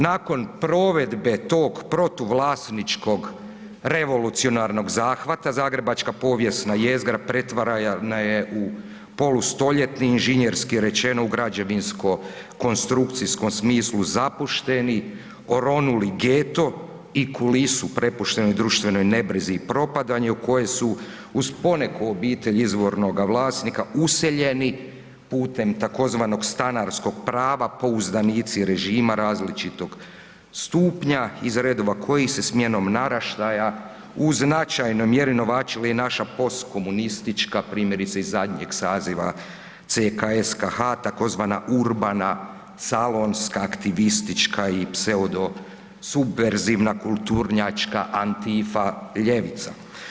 Nakon provedbe tog protuvlasničkog revolucionarnog zahvata zagrebačka povijesna jezgra pretvarana je u polustoljetni inženjerski rečeno u građevinsko-konstrukcijskom smislu zapušteni, oronuli geto i kulisu prepuštenu društvenoj nebrizi i propadanju koje su uz poneku obitelj izvornoga vlasnika useljeni pute tzv. stanarskog prava pouzdanici režima različitog stupnja iz redova kojih se smjenom naraštaja u značajnoj mjeri novačili naša post komunistička, primjerice iz zadnjeg saziva CKSKH tzv. urbana salonska, aktivistička i pseudo subverzivna kulturnjačka antifa ljevica.